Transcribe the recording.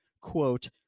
Quote